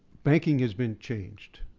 banking has been changed,